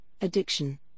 addiction